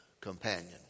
companion